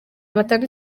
batanze